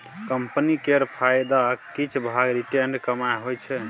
company केर फायदाक किछ भाग रिटेंड कमाइ होइ छै